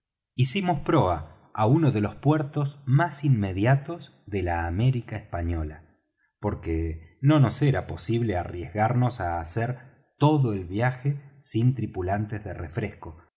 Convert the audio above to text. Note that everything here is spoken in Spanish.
hicimos proa á uno de los puertos más inmediatos de la américa española porque no nos era posible arriesgarnos á hacer todo el viaje sin tripulantes de refresco